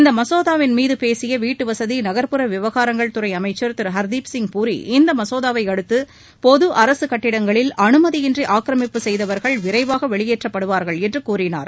இந்த மசோதாவின் மீது பேசிய வீட்டுவசதி நக்புற விவகாரங்கள் துறை அமைச்சா் திரு ஹர்திப் சிங் பூரி இந்த மசோதாவை அடுத்து பொது அரசுக்கட்டிடங்களில் அனுமதியின்றி ஆக்கிரமிப்பு செய்தவா்கள் விரைவாக வெளியேற்றப்படுவாா்கள் என்று கூறினார்